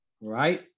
Right